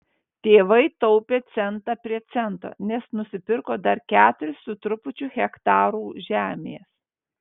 tėvai taupė centą prie cento nes nusipirko dar keturis su trupučiu hektarų žemės